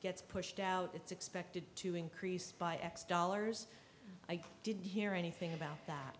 gets pushed out it's expected to increase by x dollars i didn't hear anything about that